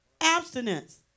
Abstinence